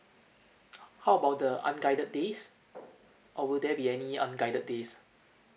how about the unguided days or will there be any unguided days